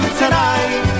tonight